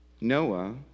Noah